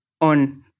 on